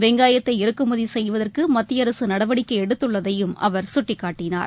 வெங்காயத்தை இறக்குமதிசெய்வதற்குமத்தியஅரசுநடவடிக்கைஎடுத்துள்ளதையும் அவர் சுட்டிக்காட்டினார்